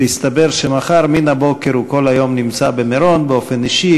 והסתבר שמחר מן הבוקר הוא כל היום נמצא במירון באופן אישי,